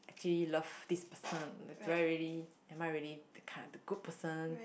actually love this person do I really am I really the kind of a good person